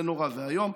זה נורא ואיום.